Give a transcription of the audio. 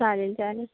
चालेल चालेल